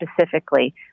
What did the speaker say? specifically